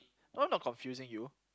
no I'm not confusing you